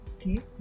Okay